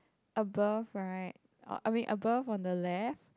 above right oh wait above on the left